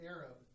Arab